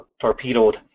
torpedoed